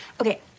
Okay